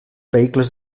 vehicles